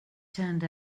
turned